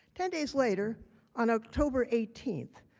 ten days later on october eighteen,